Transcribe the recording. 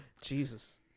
Jesus